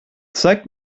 zeig